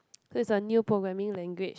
so it's a new programming language